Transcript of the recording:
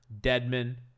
Deadman